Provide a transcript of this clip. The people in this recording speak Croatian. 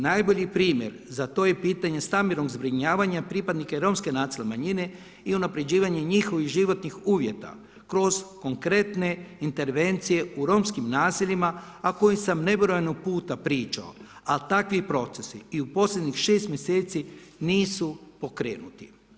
Najbolji primjer za to je pitanje stambenog zbrinjavanja pripadnika romske nacionalne manjine i unapređivanje njihovih životnih uvjeta kroz konkretne intervencije u romskim naseljima, a o kojima sam nebrojeno puta pričao, ali takvi procesi i u posljednjih 6 mjeseci nisu pokrenuti.